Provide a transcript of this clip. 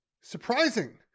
Surprising